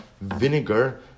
vinegar